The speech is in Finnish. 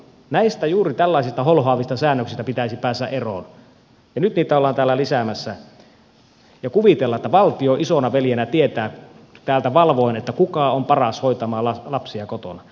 näistä juuri tällaisista holhoavista säännöksistä pitäisi päästä eroon ja nyt niitä ollaan täällä lisäämässä ja kuvitellaan että valtio isonaveljenä tietää täältä valvoen kuka on paras hoitamaan lapsia kotona